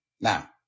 Now